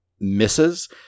misses